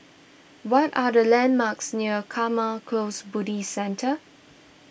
what are the landmarks near Karma Close Buddhist Centre